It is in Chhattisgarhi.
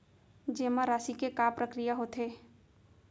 जेमा राशि के का प्रक्रिया होथे?